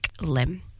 limb